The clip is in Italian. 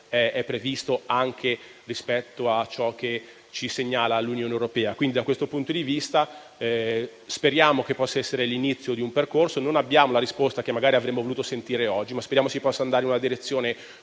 è previsto anche rispetto a quanto ci segnala l'Unione europea. Da questo punto di vista speriamo che possa essere l'inizio di un percorso; non abbiamo la risposta che magari avremmo voluto sentire oggi, ma speriamo si possa andare in una direzione